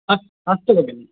अस् अस्तु भगिनी